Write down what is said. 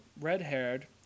red-haired